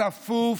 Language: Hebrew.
צפוף,